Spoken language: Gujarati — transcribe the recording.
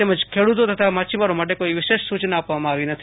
તેમજ ખેડૂતો તથા માછીમારો માટે કોઈ વિશેષ સુચના આપવામાં આવી નથી